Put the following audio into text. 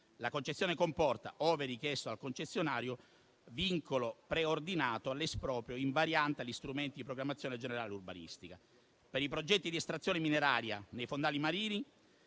La concessione comporta, ove richiesto al concessionario, vincolo preordinato all'esproprio in variante agli strumenti di programmazione generale urbanistica. Per i progetti di estrazione mineraria nei fondali marini,